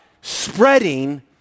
spreading